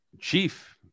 chief